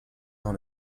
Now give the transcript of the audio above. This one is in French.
dans